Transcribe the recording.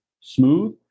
smooth